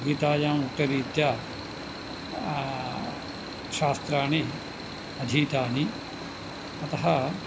गीतायाम् उक्तरीत्या शास्त्राणि अधीतानि अतः